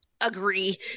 agree